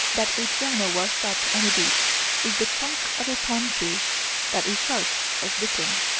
that a piano washed up on a beach is the trunk of a palm tree that a shark has bitten,